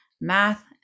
math